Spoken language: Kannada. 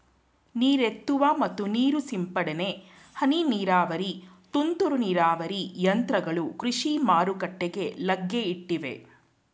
ನೀರೆತ್ತುವ ಮತ್ತು ನೀರು ಸಿಂಪಡನೆ, ಹನಿ ನೀರಾವರಿ, ತುಂತುರು ನೀರಾವರಿ ಯಂತ್ರಗಳು ಕೃಷಿ ಮಾರುಕಟ್ಟೆಗೆ ಲಗ್ಗೆ ಇಟ್ಟಿವೆ